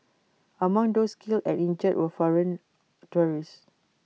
among those killed and injured were foreign tourists